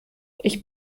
ich